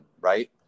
Right